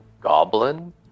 goblin